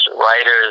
writers